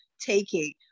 taking